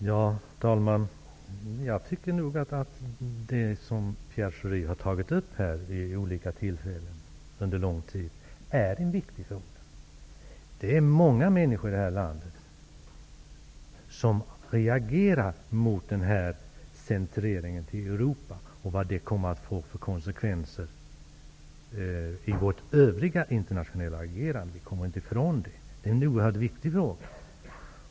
Herr talman! Jag tycker att det är viktiga frågor som Pierre Schori har tagit upp här vid olika tillfällen under lång tid. Det är många människor i det här landet som reagerar mot centreringen mot Europa och vad den kommer att få för konsekvenser i vårt övriga internationella agerande. Vi kommer inte ifrån det. Det är en oerhört viktig fråga.